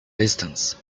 distance